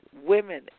women